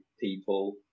people